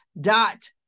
dot